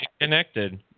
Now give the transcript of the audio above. connected